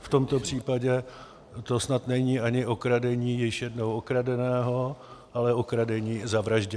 V tomto případě to snad není ani okradení již jednou okradeného, ale okradení zavražděného.